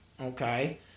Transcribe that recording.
Okay